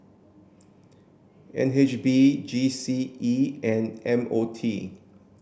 N H B G C E and M O T